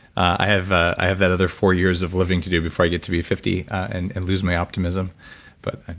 i have i have that other four years of living to do before i get to be fifty and and lose my optimism but